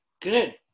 Good